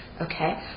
Okay